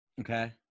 Okay